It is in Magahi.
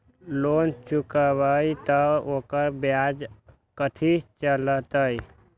लोन चुकबई त ओकर ब्याज कथि चलतई?